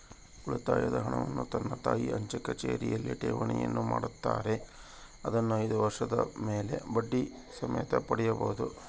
ಉಳಿತಾಯದ ಹಣವನ್ನು ನನ್ನ ತಾಯಿ ಅಂಚೆಕಚೇರಿಯಲ್ಲಿ ಠೇವಣಿಯನ್ನು ಮಾಡುತ್ತಾರೆ, ಅದನ್ನು ಐದು ವರ್ಷದ ಮೇಲೆ ಬಡ್ಡಿ ಸಮೇತ ಪಡೆಯಬಹುದು